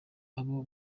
abo